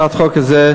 בהצעת החוק הזו,